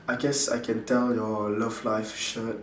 I guess I can tell your love live shirt